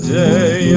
day